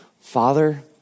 Father